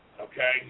okay